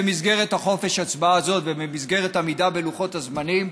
במסגרת חופש ההצבעה הזה ובמסגרת עמידה בלוחות הזמנים,